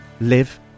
live